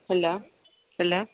hello hello